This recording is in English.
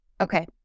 Okay